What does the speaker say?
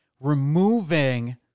removing